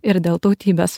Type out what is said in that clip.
ir dėl tautybės